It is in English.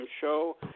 show